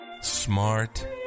smart